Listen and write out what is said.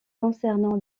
concernant